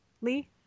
Lee